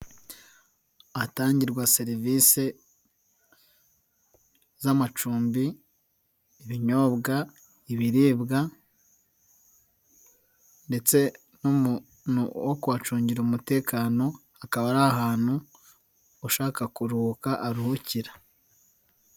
Ahatangirwa serivise z'amacumbi, ibinyobwa, ibiribwa ndetse n'umuntu wo kuhacungira umutekano, akaba ari ahantu ushaka kuruhuka aruhukira.